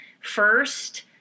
first